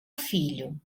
filho